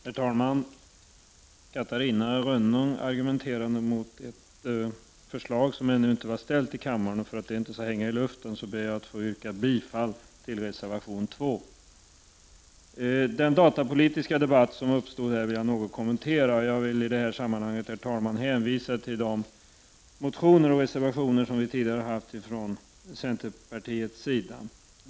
Herr talman! Catarina Rönnung argumenterade mot ett förslag som ännu inte var ställt i kammaren. För att det inte skall hänga i luften ber jag att få yrka bifall till reservation 2. Jag vill något kommentera den datapolitiska debatt som uppstod här. Jag vill i detta sammanhang hänvisa till de motioner och reservationer vi tidigare har haft från centerpartiets sida.